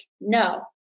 no